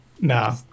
no